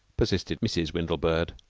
persisted mrs. windlebird.